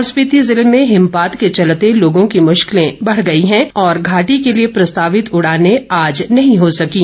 लाहौल स्पीति ज़िले में हिमपात के चलते लोगों की मुश्किलें बढ़ गई हैं और घोर्टी के लिए प्रस्तावित उड़ानें आज नहीं हो सकीं